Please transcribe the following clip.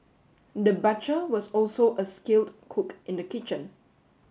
the butcher was also a skilled cook in the kitchen